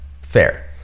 fair